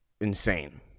insane